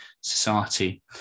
society